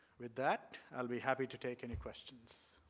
with that, i will be happy to take any questions.